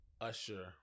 Usher